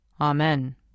Amen